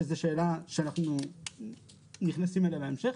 שזו שאלה שאנחנו נכנסים אליה בהמשך.